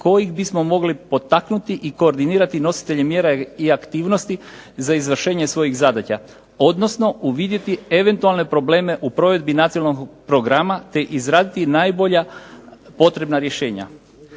kojih bismo mogli potaknuti i koordinirati nositelje mjera i aktivnosti za izvršenje svojih zadaća, odnosno uvidjeti eventualne probleme u provedbi nacionalnog programa te izraditi najbolja potrebna rješenja.